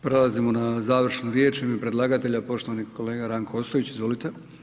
Prelazimo na završnu riječ u ime predlagatelja, poštovani kolega Ranko Ostojić, izvolite.